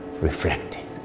reflecting